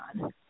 on